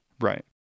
Right